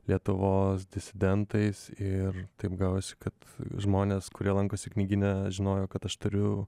lietuvos disidentais ir taip gavosi kad žmonės kurie lankosi knygyne žinojo kad aš turiu